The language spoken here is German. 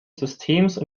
systems